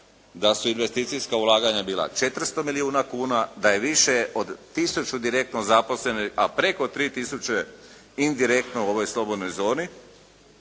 Da su investicijska ulaganja bila 400 milijuna kuna, da je više od tisuću direktno zaposlenih, a preko 3 tisuće indirektno u ovoj slobodnoj zoni,